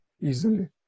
easily